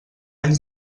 anys